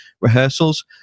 rehearsals